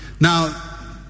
Now